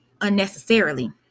unnecessarily